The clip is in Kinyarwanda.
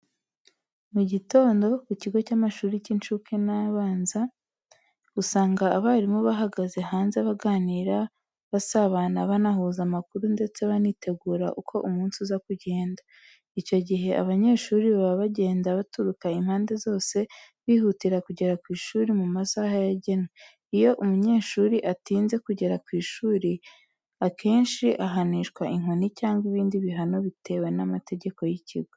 Mu gitondo, ku kigo cy’amashuri y’incuke n'abanza, usanga abarimu bahagaze hanze baganira, basabana, banahuza amakuru ndetse banitegura uko umunsi uza kugenda. Icyo gihe, abanyeshuri baba bagenda baturuka impande zose, bihutira kugera ku ishuri mu masaha yagenwe. Iyo umunyeshuri atinze kugera ku ishuri, akenshi ahanishwa inkoni cyangwa ibindi bihano bitewe n’amategeko y’ikigo.